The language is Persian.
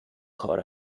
کار